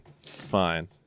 Fine